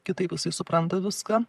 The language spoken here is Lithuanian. kitaip jisai supranta viską